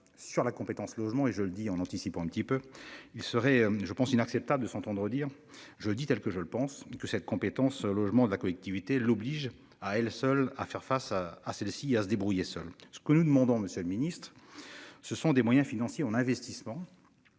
sur la compétence logement et je le dis en anticipant un petit peu il serait je pense inacceptable de s'entendre dire je dis tel que je le pense que cette compétence logement de la collectivité, l'oblige à elle seule à faire face à à celle-ci à se débrouiller seuls. Ce que nous demandons. Monsieur le Ministre. Ce sont des moyens financiers on investissements.